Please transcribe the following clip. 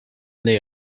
they